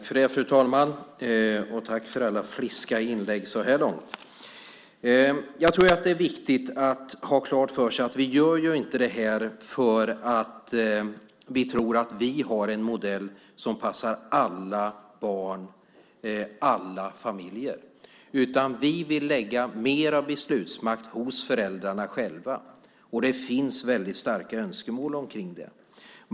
Fru talman! Tack för alla friska inlägg så här långt. Det är viktigt att vi inte gör så här för att vi tror att vi har en modell som passar alla barn och alla familjer. Vi vill lägga mer beslutsmakt hos föräldrarna själva, och det finns starka önskemål om det.